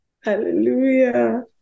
Hallelujah